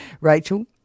Rachel